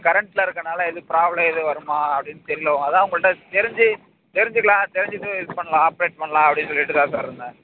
கரண்ட்டில் இருக்கறனால எதுவும் ப்ராப்ளம் எதுவும் வருமா அப்படின்னு தெரில உ அதுதான் உங்கள்கிட்ட தெரிஞ்சு தெரிஞ்சுக்கலாம் தெரிஞ்சுட்டு இது பண்ணலாம் ஆப்ரேட் பண்ணலாம் அப்படின்னு சொல்லிட்டு தான் சார் இருந்தேன்